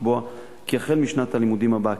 לקבוע כי החל משנת הלימודים הבאה,